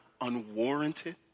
unwarranted